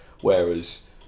whereas